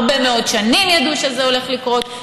הרבה מאוד שנים ידעו שזה הולך לקרות,